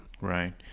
Right